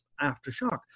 Aftershock